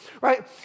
Right